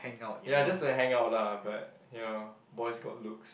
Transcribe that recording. ya just to hang out lah but you know boys got looks